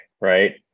right